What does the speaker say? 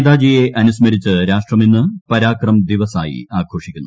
നേതാജിയെ അനുസ്മരിച്ച് രാഷ്ട്രം ഇന്ന് പരാക്രം ദിവസ് ആയി ആഘോഷിക്കുന്നു